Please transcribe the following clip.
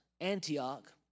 Antioch